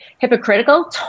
hypocritical